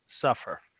suffer